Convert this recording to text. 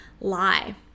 lie